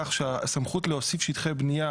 כך שהסמכות להוסיף שטחי בניה